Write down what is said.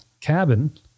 cabin